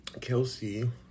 Kelsey